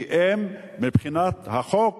כי מבחינת החוק,